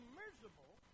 miserable